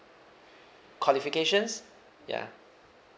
qualifications yeah